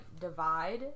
divide